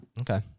Okay